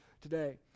today